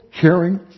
caring